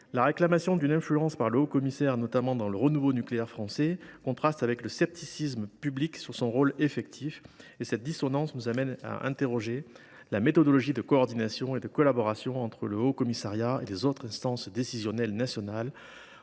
politiques. L’influence qu’il clame avoir exercée, notamment sur le renouveau nucléaire français, contraste avec le scepticisme public sur son rôle effectif. Cette dissonance nous conduit à interroger la méthodologie de coordination et de collaboration entre le Haut Commissariat et les autres instances décisionnelles nationales.